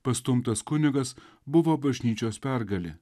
pastumtas kunigas buvo bažnyčios pergalė